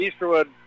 Easterwood